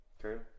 True